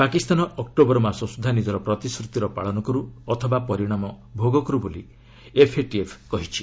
Pakistan October ମାସ ସୁଦ୍ଧା ନିଜର ପ୍ରତିଶ୍ରତିର ପାଳନ କରୁ ଅଥବା ପରିଣାମ ଭୋଗ କରୁ ବୋଲି ଏଫ୍ଏଟିଏଫ୍ କହିଛି